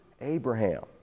Abraham